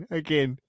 again